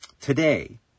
Today